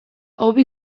hobi